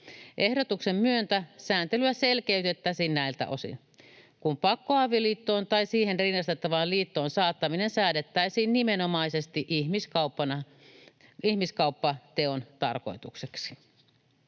Ehdotuksen myötä sääntelyä selkeytettäisiin näiltä osin, kun pakkoavioliittoon tai siihen rinnastettavaan liittoon saattaminen säädettäisiin nimenomaisesti ihmiskauppateon tarkoitukseksi.